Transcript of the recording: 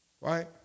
Right